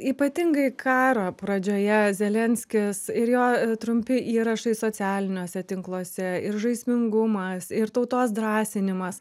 ypatingai karo pradžioje zelenskis ir jo trumpi įrašai socialiniuose tinkluose ir žaismingumas ir tautos drąsinimas